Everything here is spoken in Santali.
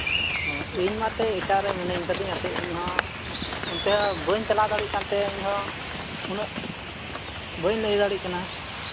ᱚ ᱤᱧ ᱢᱟᱛᱚ ᱮᱴᱟᱜ ᱨᱮ ᱢᱤᱱᱟᱹᱧ ᱠᱟᱹᱫᱤᱧ ᱤᱧ ᱦᱚᱸ ᱚᱱᱛᱮ ᱵᱟᱹᱧ ᱪᱟᱞᱟᱣ ᱫᱟᱲᱮᱭᱟᱜ ᱠᱟᱱ ᱛᱮ ᱤᱧ ᱦᱚᱸ ᱩᱱᱟᱹᱜ ᱵᱟᱹᱧ ᱞᱟᱹᱭ ᱫᱟᱲᱮᱭᱟᱜ ᱠᱟᱱᱟ